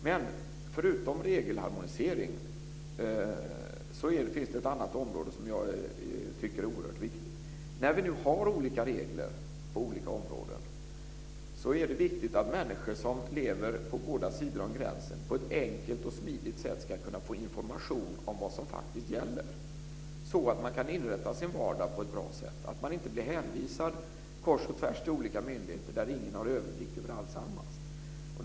Men förutom regelharmonisering finns det ett annat område som jag tycker är oerhört viktigt. När vi nu har olika regler på olika områden är det viktigt att människor som lever på båda sidor om gränsen på ett enkelt och smidigt sätt kan få information om vad som faktiskt gäller, så att man kan inrätta sin vardag på ett bra sätt och inte blir hänvisad kors och tvärs till olika myndigheter där ingen har överblick över alltsammans.